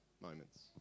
moments